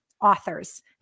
author's